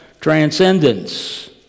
transcendence